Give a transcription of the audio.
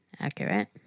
Accurate